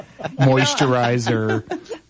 Moisturizer